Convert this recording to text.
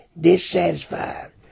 dissatisfied